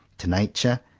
to nature,